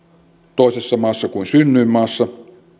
toisessa maassa kuin synnyinmaassa